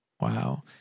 Wow